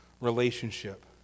relationship